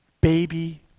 baby